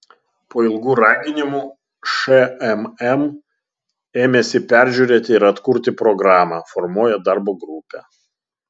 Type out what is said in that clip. po ilgų raginimų šmm ėmėsi peržiūrėti ir atkurti programą formuoja darbo grupę